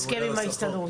ההסכם עם ההסתדרות.